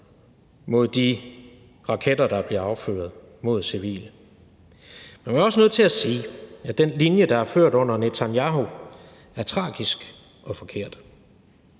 mod de raketter, der bliver affyret mod civile. Men man er også nødt til at sige, at den linje, der er ført under Netanyahu, er tragisk og forkert.